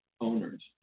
owners